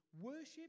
worship